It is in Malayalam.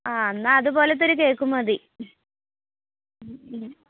ആ എന്നാ അതുപോലത്തെ ഒരു കേക്ക് മതി